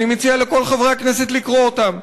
אני מציע לכל חברי הכנסת לקרוא אותם,